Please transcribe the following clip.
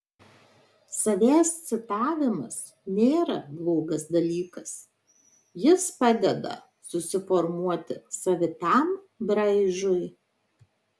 savęs citavimas nėra blogas dalykas jis padeda susiformuoti savitam braižui